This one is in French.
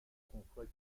conçoit